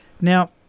Now